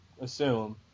assume